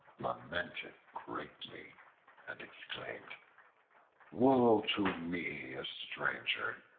lamented greatly and exclaimed woe to me a stranger!